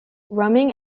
roaming